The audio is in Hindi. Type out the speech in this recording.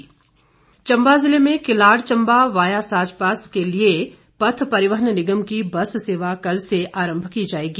बस सेवा चंबा ज़िले में किलाड़ चंबा वाया साचपास के लिए पथ परिवहन निगम की बस सेवा कल से आरम्भ की जाएगी